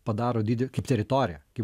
padaro didi kaip teritorija kai